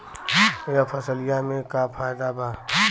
यह फसलिया में का फायदा बा?